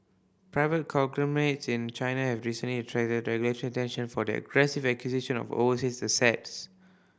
private conglomerates in China have recently attracted regulatory attention for their aggressive acquisition of overseas assets